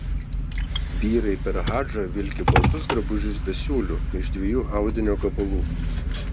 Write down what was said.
vyrai per hadžą vilki baltus drabužius be siūlių iš dviejų audinio gabalų